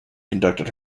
conducted